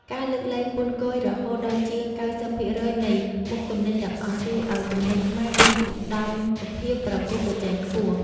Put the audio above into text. ការលើកលែងពន្ធគយរហូតដល់ជាងកៅសិបភាគរយនៃមុខទំនិញទាំងអស់ ជួយឱ្យទំនិញខ្មែរមានឧត្តមភាពប្រកួតប្រជែងខ្ពស់។